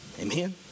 Amen